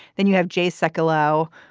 then you have jay sekulow.